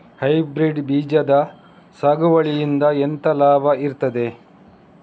Hybrid ಬೀಜದ ಸಾಗುವಳಿಯಿಂದ ಎಂತ ಲಾಭ ಇರ್ತದೆ?